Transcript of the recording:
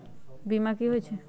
बीमा कि होई छई?